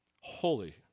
holy